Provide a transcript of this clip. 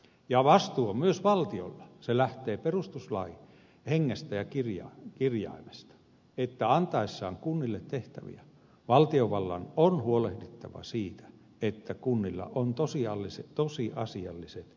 ja vastuu on myös valtiolla se lähtee perustuslain hengestä ja kirjaimesta että antaessaan kunnille tehtäviä valtiovallan on huolehdittava siitä että kunnilla on tosiasialliset mahdollisuudet suoriutua tästä